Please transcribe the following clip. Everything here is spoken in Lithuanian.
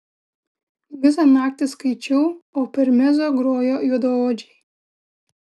visą naktį skaičiau o per mezzo grojo juodaodžiai